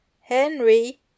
Henry